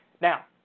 Now